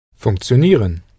Funktionieren